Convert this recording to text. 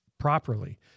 properly